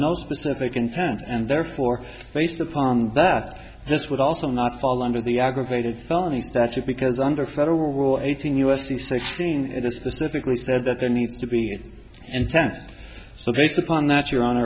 no specific intent and therefore based upon that this would also not fall under the aggravated felony statute because under federal rule eighteen u s c sixteen it is specifically said that there needs to be intent so based upon that your hon